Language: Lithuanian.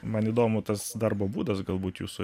man įdomu tas darbo būdas galbūt jūsų